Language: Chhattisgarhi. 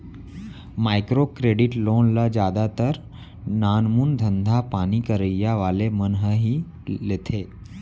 माइक्रो क्रेडिट लोन ल जादातर नानमून धंधापानी करइया वाले मन ह ही लेथे